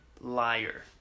Liar